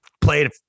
played